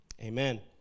amen